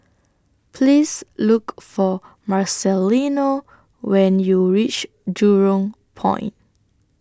Please Look For Marcelino when YOU REACH Jurong Point